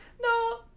No